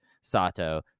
Sato